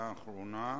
לשאילתא